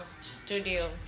studio